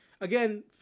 again